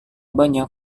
banyak